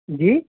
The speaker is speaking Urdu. جی